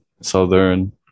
Southern